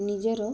ନିଜର